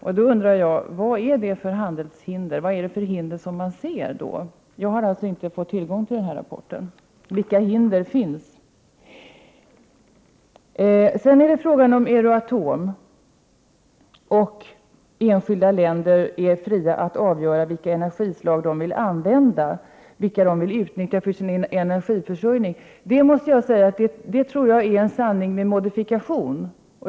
Jag har alltså inte fått tillgång till den rapporten, så jag undrar: Vad är det då för handelshinder man ser? Sedan är det fråga om Euratom. Att enskilda länder är fria att avgöra vilka energislag de vill utnyttja för sin energiförsörjning tror jag är en sanning med modifikation.